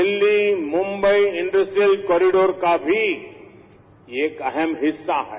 Delhi Mumbai industrial corridor का भी एक अहम हिस्सा है